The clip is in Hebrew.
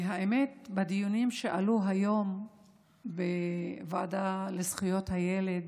בדיונים שעלו היום בוועדה לזכויות הילד,